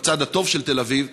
בצד הטוב של תל אביב,